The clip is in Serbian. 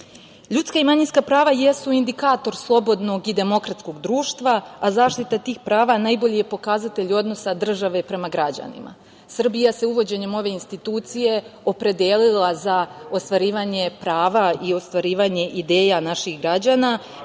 i manjinska prava jesu indikator slobodnog i demokratskog društva, a zaštita tih prava najbolji je pokazatelj odnosa države prema građanima. Srbija se uvođenjem ove institucije opredelila za ostvarivanje prava i ostvarivanje ideja naših građana,